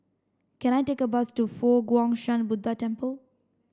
can I take a bus to Fo Guang Shan Buddha Temple